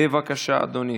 בבקשה, אדוני.